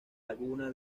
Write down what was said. laguna